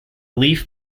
leaf